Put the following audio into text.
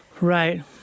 Right